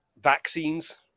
Vaccines